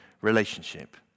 relationship